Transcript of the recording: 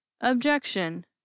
Objection